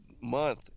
month